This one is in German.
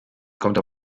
kommt